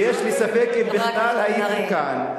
ויש לי ספק אם בכלל הייתם כאן,